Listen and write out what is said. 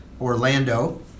Orlando